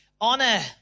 Honor